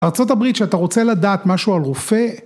ארה״ב, כשאתה רוצה לדעת משהו על רופא